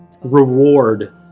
reward